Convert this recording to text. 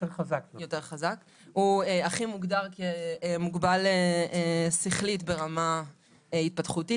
אחי מוגדר כמוגבל שכלית ברמה התפתחותית,